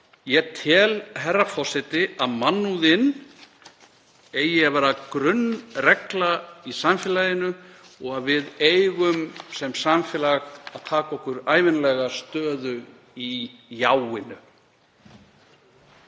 Ég tel, herra forseti, að mannúðin eigi að vera grunnregla í samfélaginu og að við eigum sem samfélag að taka okkur ævinlega stöðu í jáinu.